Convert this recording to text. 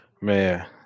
Man